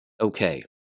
Okay